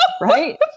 Right